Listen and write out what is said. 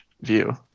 view